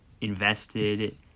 invested